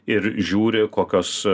ir žiūri kokios